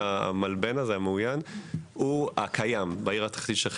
הוא הקיים בעיר התחתית של חיפה,